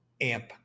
AMP